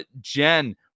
Jen